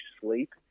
sleep